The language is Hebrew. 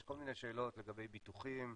יש כל מיני שאלות לגבי ביטוחים,